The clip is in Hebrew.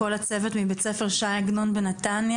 כל הצוות מבית ספר שי עגנון בנתניה,